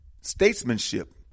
statesmanship